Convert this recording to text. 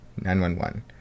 911